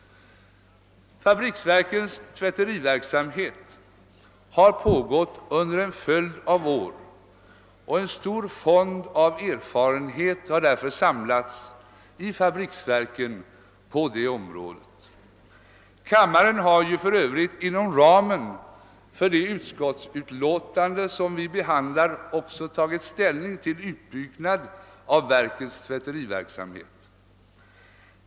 Fabriksverkens <=+tvätteriverksamhet har pågått under en följd av år och en stor fond av erfarenhet har därför samlats i fabriksverken på detta område. Kammaren har ju för övrigt inom ramen för det utskottsutlåtande vi nu behandlar även tagit ställning till en utbyggnad av verkens tvätteriverksamhet.